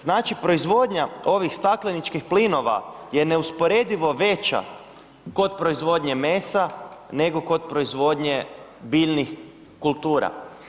Znači proizvodnja ovih stakleničkih plinova je neusporedivo veća kod proizvodnje mesa nego kod proizvodnje biljnih kultura.